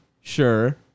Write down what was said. Sure